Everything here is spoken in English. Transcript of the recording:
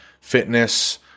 fitness